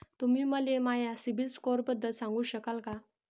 तुम्ही मले माया सीबील स्कोअरबद्दल सांगू शकाल का?